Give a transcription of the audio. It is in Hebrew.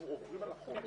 אנחנו עוברים על החומר.